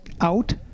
out